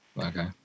Okay